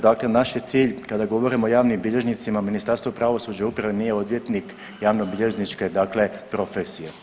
Dakle naš je cilj kada govorimo o javnim bilježnicima Ministarstvo pravosuđa i uprave nije odvjetnik javnobilježničke dakle profesije.